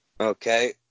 Okay